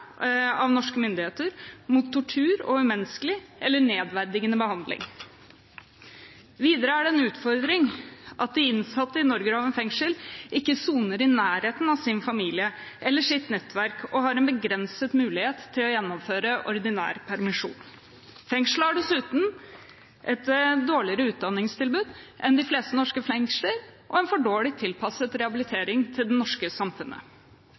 av norske myndigheter mot tortur og umenneskelig eller nedverdigende behandling. Videre er det en utfordring at de innsatte i Norgerhaven fengsel ikke soner i nærheten av sin familie eller sitt nettverk og har en begrenset mulighet til å gjennomføre ordinær permisjon. Fengselet har dessuten et dårligere utdanningstilbud enn de fleste norske fengsler og en for dårlig tilpasset rehabilitering til det norske samfunnet.